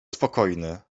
spokojny